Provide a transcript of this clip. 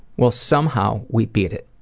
well somehow we beat it.